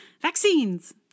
vaccines